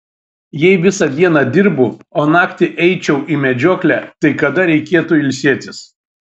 jei visą dieną dirbu o naktį eičiau į medžioklę tai kada reikėtų ilsėtis